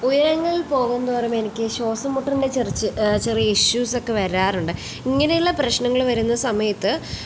ഉയരങ്ങൾ പോകുന്തോറും എനിക്ക് ശ്വാസം മുട്ടലിൻ്റെ ചെറിച്ച് ചെറിയ ഇഷ്യൂസ്സൊക്കെ വരാറുണ്ട് ഇങ്ങനെയുള്ള പ്രശ്നങ്ങൾ വരുന്ന സമയത്ത്